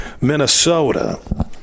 Minnesota